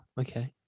okay